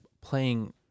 playing